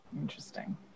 Interesting